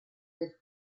del